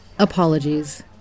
Apologies